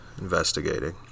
investigating